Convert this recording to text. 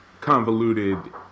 convoluted